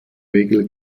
regel